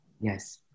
yes